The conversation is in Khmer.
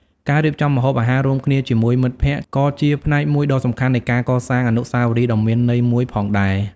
ការរៀបចំម្ហូបអាហាររួមគ្នាជាមួយមិត្តភក្តិក៏ជាផ្នែកមួយដ៏សំខាន់នៃការកសាងអនុស្សាវរីយ៍ដ៏មានន័យមួយផងដែរ។